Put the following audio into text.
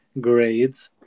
grades